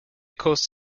coast